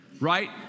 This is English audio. right